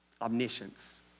omniscience